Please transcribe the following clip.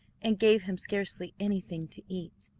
and gave him scarcely anything to eat,